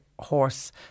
horse